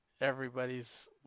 everybody's